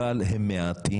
אבל הם מעטים.